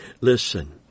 listen